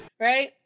Right